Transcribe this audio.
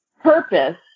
Purpose